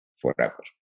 forever